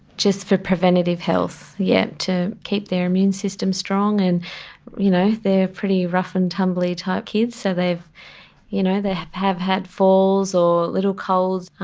just for preventative health, yes, to keep their immune system strong. and you know they are pretty rough and tumble type kids, so you know they have had falls or little colds.